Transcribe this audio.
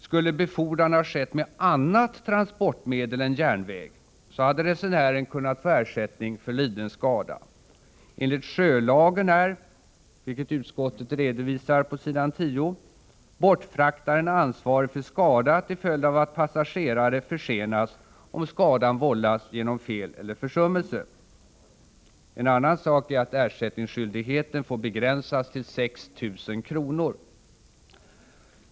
Skulle befordran ha skett med annat transportmedel än järnväg hade resenären kunnat få ersättning för liden skada. Enligt sjölagen är — vilket utskottet redovisar på s. 10 — bortfraktaren ansvarig för skada till följd av att passagerare försenas, om skadan vållas genom fel eller försummelse. En annan sak är att ersättningsskyldigheten får begränsas till 6 000 kr.